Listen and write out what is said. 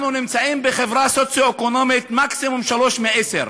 אנחנו נמצאים מבחינה סוציו-אקונומית מקסימום 3 מ-10,